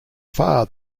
far